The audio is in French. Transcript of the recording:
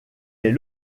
est